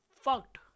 fucked